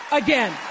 again